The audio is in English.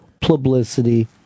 publicity